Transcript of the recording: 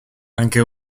anche